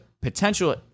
potential